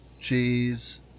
cheese